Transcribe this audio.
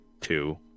two